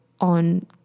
on